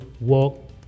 walk